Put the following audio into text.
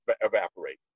evaporate